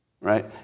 right